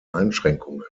einschränkungen